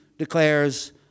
declares